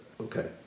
Okay